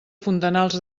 fontanals